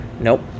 Nope